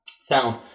sound